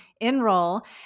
enroll